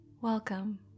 Welcome